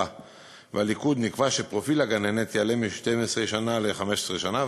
לליכוד נקבע שפרופיל הגננת יעלה מ-12 שנה ל-15 שנה,